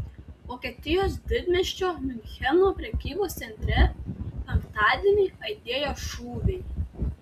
vokietijos didmiesčio miuncheno prekybos centre penktadienį aidėjo šūviai